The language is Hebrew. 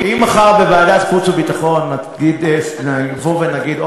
אם מחר בוועדת חוץ וביטחון נבוא ונגיד,